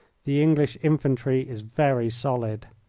the english infantry is very solid.